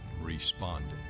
responded